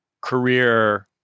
career